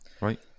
Right